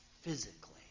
physically